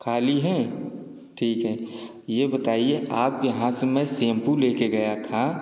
खाली हैं ठीक है ये बताइए आपके यहाँ से मैं सेम्पू लेकर गया था